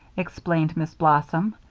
explained miss blossom.